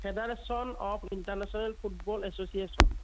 federation of international football association